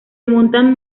montan